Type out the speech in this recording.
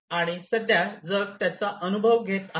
आणि सध्या जग त्याचा अनुभव घेत आहे